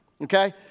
Okay